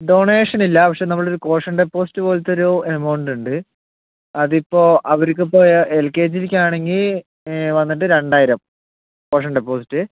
donation ഇല്ല പക്ഷെ നമ്മളെ ഒരു കോഷൻ ഡെപ്പോസിറ്റ് പോലത്തൊരു എമൗണ്ട് ഉണ്ട് അതിപ്പോൾ അവർക്ക് ഇപ്പോൾ എൽ കെ ജിക്ക് ആണെങ്കിൽ വന്നിട്ട് രണ്ടായിരം കോഷൻ ഡെപ്പോസിറ്റ്